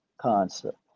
concept